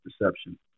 perception